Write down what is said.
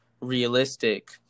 realistic